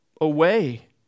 away